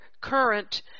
current